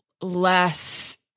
less